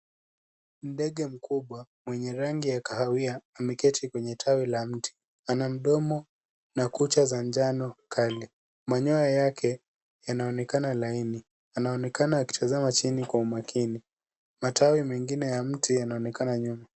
Ndege mkubwa mwenye rangi ya kahawia ameketi kwenye tawi la mti. Ana mdomo na kucha za njano kali. Manyoya yake yanaonekana laini. Anaonekana akitazama chini kwa umakini. Matawi mengine ya mti yanaonekana nyuma.